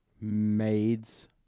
Maids